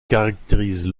caractérise